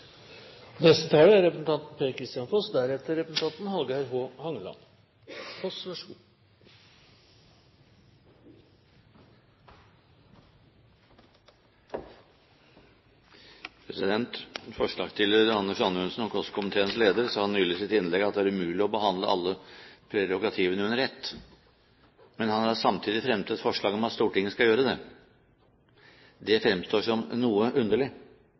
Anders Anundsen, kontroll- og konstitusjonskomiteens leder, sa nylig i sitt innlegg at det er umulig å behandle alle prerogativene under ett. Men han har samtidig fremmet et forslag om at Stortinget skal gjøre det. Det fremstår som noe underlig,